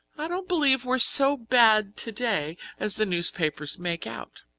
i don't believe we're so bad today as the newspapers make out.